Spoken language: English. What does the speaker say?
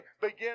begin